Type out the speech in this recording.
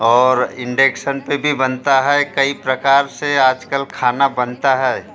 और इंडेकशन पर भी बनता है कई प्रकार से आज कल खाना बनता है